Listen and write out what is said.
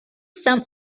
some